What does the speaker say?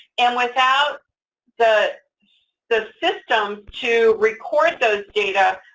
and without the the system to record those data,